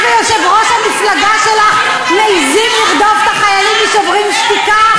את ויושב-ראש המפלגה שלך מעזים לרדוף את החיילים מ"שוברים שתיקה"?